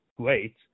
great